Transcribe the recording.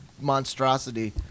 monstrosity